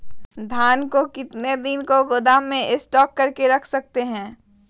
धान को कितने दिन को गोदाम में स्टॉक करके रख सकते हैँ?